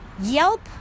yelp